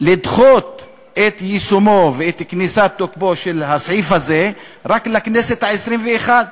לדחות את יישומו ואת כניסת תוקפו של הסעיף הזה רק לכנסת העשרים-ואחת.